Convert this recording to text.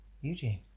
Eugene